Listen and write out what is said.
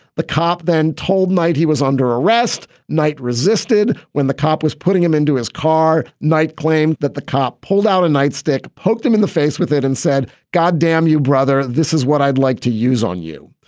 the cop then told knight he was under arrest. knight resisted when the cop was putting him into his car. knight claimed that the cop pulled out a nightstick, poked him in the face with it, and said, god damn you, brother. this is what i'd like to. use on you.